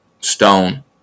stone